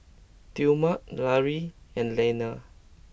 Tillman Larry and Leaner